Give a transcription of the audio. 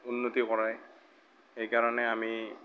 উন্নতি কৰাই সেইকাৰণে আমি